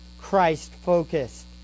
Christ-focused